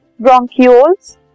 bronchioles